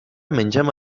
mengem